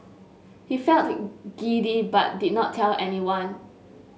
he felt giddy but did not tell anyone